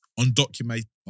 undocumented